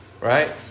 right